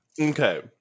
Okay